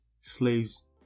Slaves